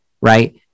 right